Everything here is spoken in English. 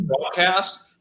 broadcast